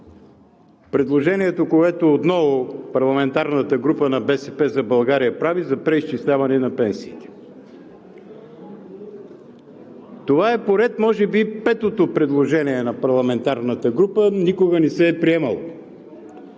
предложението, което отново парламентарната група на „БСП за България“ прави за преизчисляване на пенсиите. Това е поред може би петото предложение на парламентарната група – никога не се е приемало.